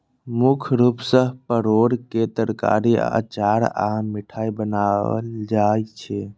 मुख्य रूप सं परोर के तरकारी, अचार आ मिठाइ बनायल जाइ छै